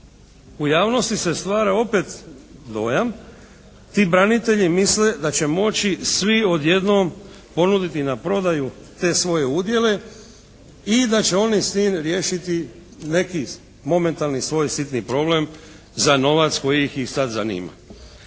u javnosti se stvara opet dojam, ti branitelji misle da će moći svi odjednom ponuditi na prodaju te svoje udjele i da će oni s tim riješiti neki momentalni svoj sitni problem za novac koji ih i sad zanima.